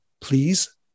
Please